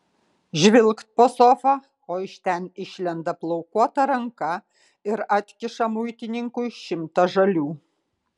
žvilgt po sofa o iš ten išlenda plaukuota ranka ir atkiša muitininkui šimtą žalių